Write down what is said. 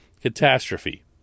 catastrophe